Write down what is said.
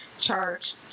charge